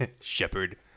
Shepard